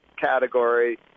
Category